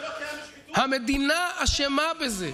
המדינה אשמה בזה.